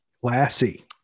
Classy